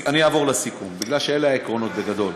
אני אעבור לסיכום, בגלל שאלה העקרונות בגדול.